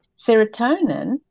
Serotonin